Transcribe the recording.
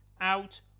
out